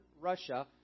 Russia